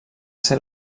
ser